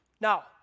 Now